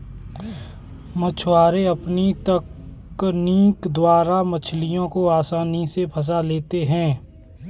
मछुआरे अपनी तकनीक द्वारा मछलियों को आसानी से फंसा लेते हैं